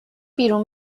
بیرون